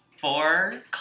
four